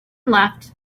left